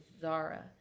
Zara